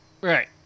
right